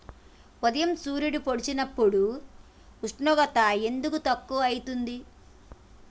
ఉదయం సూర్యుడు పొడిసినప్పుడు ఉష్ణోగ్రత ఎందుకు తక్కువ ఐతుంది?